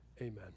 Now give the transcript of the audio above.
amen